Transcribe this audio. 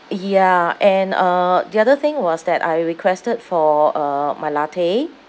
ya and uh the other thing was that I requested for uh my latte